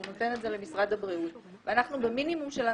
אז הוא נותן את זה למשרד הבריאות ואנחנו במינימום של אנשים,